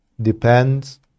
depends